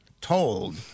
told